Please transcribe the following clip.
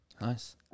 Nice